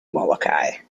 molokai